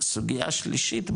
וסוגייה שלישית,